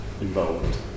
involved